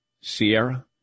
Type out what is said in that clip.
Sierra